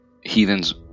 heathens